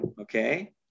Okay